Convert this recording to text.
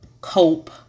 cope